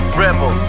rebel